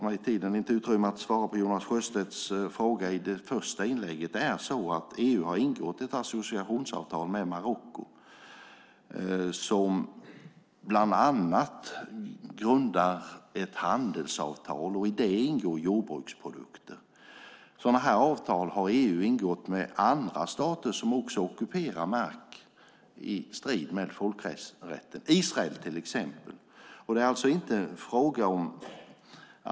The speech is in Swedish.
Vad gäller Jonas Sjöstedts fråga har EU ingått ett associationsavtal med Marocko med bland annat ett handelsavtal i vilket det ingår jordbruksprodukter. Sådana här avtal har EU ingått med andra stater som också ockuperar mark i strid med folkrätten. Israel är ett sådant exempel.